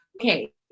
okay